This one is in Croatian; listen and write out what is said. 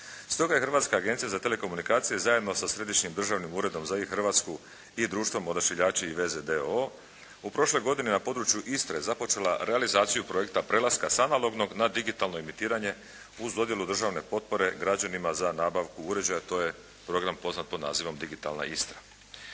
Stoga je Hrvatska agencija za telekomunikacije zajedno sa Središnjim državnim uredom za e-Hrvatsku i društvom Odašiljači i veze d.o.o., u prošloj godini na području Istre je započela realizaciju projekta prelaska s analognog na digitalno emitiranje uz dodjelu državne potpore građanima za nabavku uređaja, to je program poznat pod nazivom "Digitalna Istra".